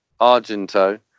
Argento